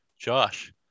Josh